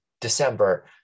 December